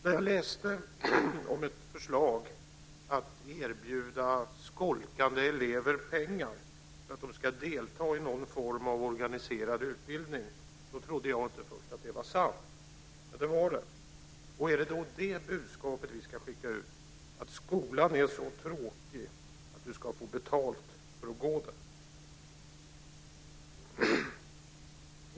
När jag läste om ett förslag att erbjuda skolkande elever pengar för att de ska delta i någon form av organiserad utbildning trodde jag först inte att det var sant. Men det var det. Är det då detta budskap som vi ska skicka ut, att skolan är så tråkig att du ska få betalt för att gå där?